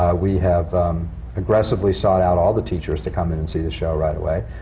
we have aggressively sought out all the teachers to come in and see the show right away.